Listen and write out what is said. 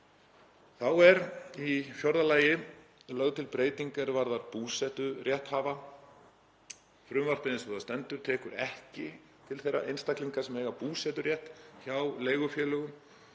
Þá er í fjórða lagi lögð til breyting er varðar búseturéttarhafa. Frumvarpið eins og það stendur tekur ekki til þeirra einstaklinga sem eiga búseturétt hjá leigufélögum.